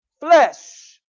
flesh